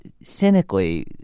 cynically